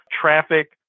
traffic